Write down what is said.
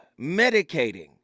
medicating